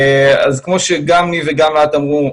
אז כמו שגם ניב ולהט אמרו,